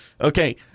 Okay